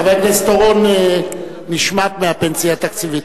חבר הכנסת אורון נשמט מהפנסיה התקציבית.